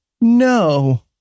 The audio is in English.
no